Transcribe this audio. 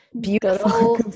beautiful